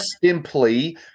simply